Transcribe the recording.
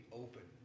open